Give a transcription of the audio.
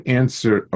answer